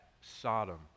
Sodom